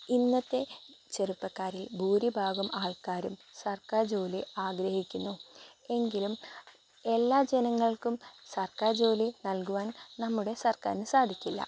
ഇന്നത്തെ ചെറുപ്പക്കാരിൽ ഭൂരിഭാഗം ആൾക്കാരും സർക്കാർജോലി ആഗ്രഹിക്കുന്നു എങ്കിലും എല്ലാ ജനങ്ങൾക്കും സർക്കാർ ജോലി നൽകുവാൻ നമ്മുടെ സർക്കാരിന് സാധിക്കില്ല